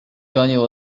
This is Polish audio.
gonił